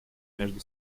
между